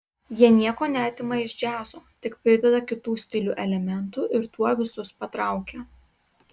jie nieko neatima iš džiazo tik prideda kitų stilių elementų ir tuo visus patraukia